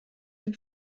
dem